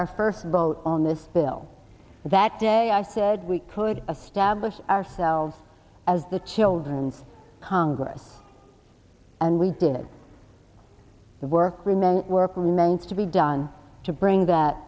our first vote on this bill that day i said we could of stablish ourselves as the children's congress and we did the work for him and work remains to be done to bring that